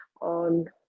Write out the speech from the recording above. on